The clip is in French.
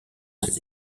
ses